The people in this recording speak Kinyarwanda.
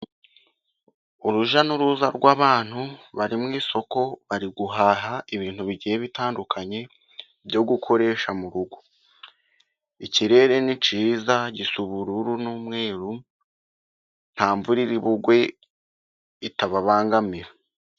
Uruja n'uruza rw'abantu bari mu isoko bari guhaha ibintu bigiye bitandukanye byo gukoresha mu rugo, ikirere ni cyiza gisa ubururu n'umweru nta mvura iribugwe itababangamira.